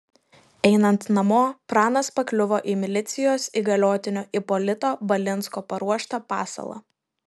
einant namo pranas pakliuvo į milicijos įgaliotinio ipolito balinsko paruoštą pasalą